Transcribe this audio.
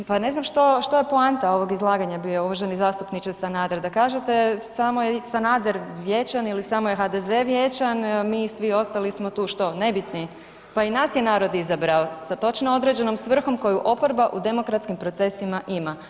Pa ne znam što, što je poanta ovog izlaganja bio uvaženi zastupniče Sanader, da kažete samo je Sanader vječan ili samo je HDZ vječan, mi svi ostali smo tu, što, nebitni, pa i nas je narod izabrao sa točno određenom svrhom koju oporba u demokratskim procesima ima.